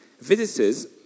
Visitors